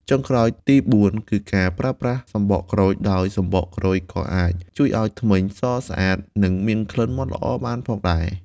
ចុងក្រោយទីបួន គឺការប្រើប្រាស់សំបកក្រូច ដោយសំបកក្រូចក៏អាចជួយឲ្យធ្មេញសស្អាត និងមានក្លិនមាត់ល្អបានផងដែរ។